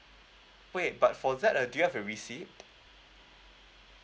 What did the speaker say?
wait but for that uh do you have a receipt